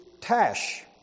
tash